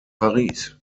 paris